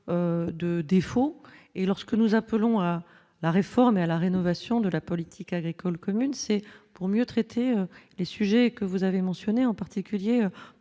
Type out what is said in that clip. de défauts et lorsque nous appelons à la réforme et à la rénovation de la politique agricole commune, c'est pour mieux traiter les sujets que vous avez mentionné en particulier pour